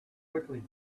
quickly